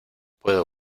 puedo